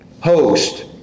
host